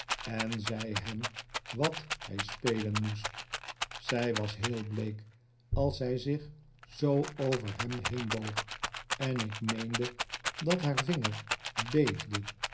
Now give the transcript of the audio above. en zei hem wat hij spelen moest zij was heel bleek als zij zich zoo over hem heenboog en ik meende dat haar vinger beefde